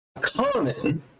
common